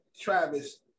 Travis